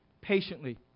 patiently